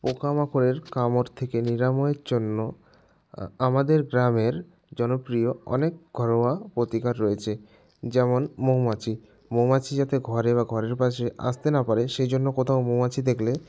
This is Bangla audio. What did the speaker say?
পোকামাকড়ের কামড় থেকে নিরাময়ের জন্য আমাদের গ্রামের জনপ্রিয় অনেক ঘরোয়া প্রতিকার রয়েছে যেমন মৌমাছি মৌমাছি যাতে ঘরে বা ঘরের পাশে আসতে না পারে সেই জন্য কোথাও মৌমাছি দেখলে